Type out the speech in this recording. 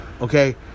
okay